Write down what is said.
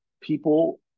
people